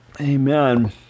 Amen